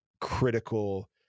critical